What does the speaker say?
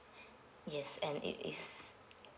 yes and it is